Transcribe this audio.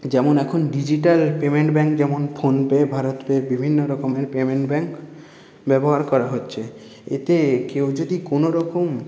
যেমন এখন digital payment bank যেমন ফোনপে ভারতপে বিভিন্ন রকমের পেমেন্ট ব্যাঙ্ক ব্যবহার করা হচ্ছে এতে কেউ যদি কোনোরকম